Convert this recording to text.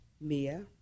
Mia